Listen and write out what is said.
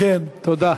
לכן, תודה.